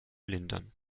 lindern